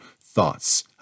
thoughts